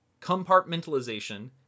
compartmentalization